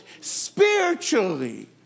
spiritually